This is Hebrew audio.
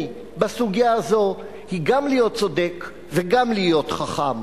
בסוגיה הזאת היא גם להיות צודק וגם להיות חכם,